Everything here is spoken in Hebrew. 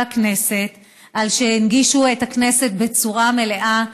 הכנסת על שהנגישו את הכנסת בצורה מלאה,